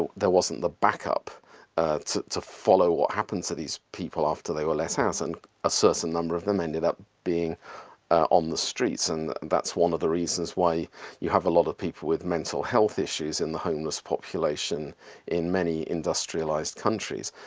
there wasn't the backup to follow what happened to these people after they were let out and a certain number of them ended up being on the streets, and that's one of the reasons why you have a lot of people with mental health issues in the homeless population in many industrialized countries.